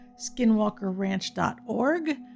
skinwalkerranch.org